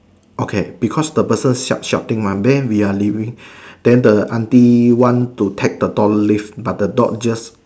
okay because the person shout shouting mah we are leaving then the auntie want to take the dog leave but the dog just